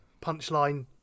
punchline